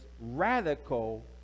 radical